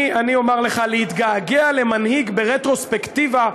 אני אומר לך: להתגעגע למנהיג ברטרוספקטיבה,